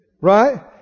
Right